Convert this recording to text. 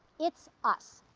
it's us.